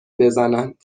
بزنند